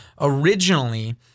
originally